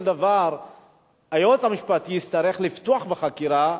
דבר היועץ המשפטי יצטרך לפתוח בחקירה,